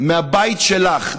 מהבית שלך,